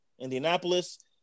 Indianapolis